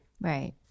Right